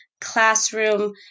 classroom